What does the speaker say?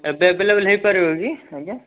ଏବେ ଆଭେଲେବଲ୍ ହେଇପାରିବ କି ଆଜ୍ଞା